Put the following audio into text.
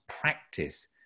practice